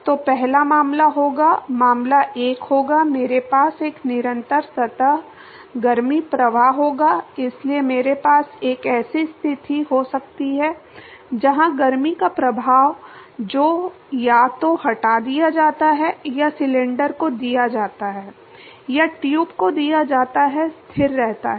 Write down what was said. तो पहला मामला होगा मामला एक होगा मेरे पास एक निरंतर सतह गर्मी प्रवाह होगा इसलिए मेरे पास एक ऐसी स्थिति हो सकती है जहां गर्मी का प्रवाह जो या तो हटा दिया जाता है या सिलेंडर को दिया जाता है या ट्यूब को दिया जाता है स्थिर रहता है